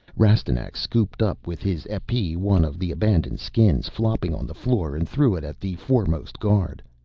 rastignac scooped up with his epee one of the abandoned skins flopping on the floor and threw it at the foremost guard.